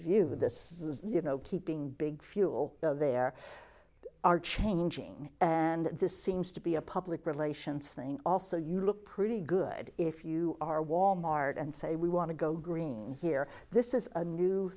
that this you know keeping big fuel there are changing and this seems to be a public relations thing also you look pretty good if you are wal mart and say we want to go green here this is a new